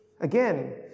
Again